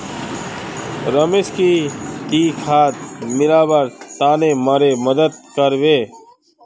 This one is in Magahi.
रमेश की ती खाद मिलव्वार तने मोर मदद कर बो